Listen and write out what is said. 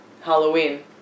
Halloween